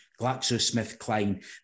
GlaxoSmithKline